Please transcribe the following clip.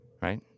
right